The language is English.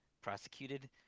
prosecuted